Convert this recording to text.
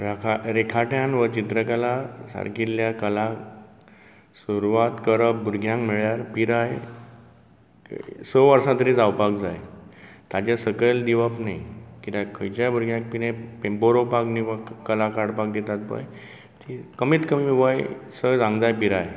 राका रेखाटन व चित्रकला सारिकिल्ल्या कला सुरवात करप भुरग्यांक म्हणल्यार पिराय स वर्सां तरी जावपाक जाय ताज्या सकयल दिवप न्ही कित्याक खंयच्या भुरग्याक बरोवपाक वा कला काडपाक दितात पळय ती कमीत कमी वय स जांवक जाय पिराय